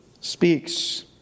speaks